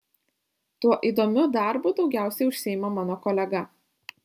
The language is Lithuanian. tuo įdomiu darbu daugiausiai užsiima mano kolega